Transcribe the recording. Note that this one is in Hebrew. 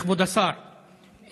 כבוד השר,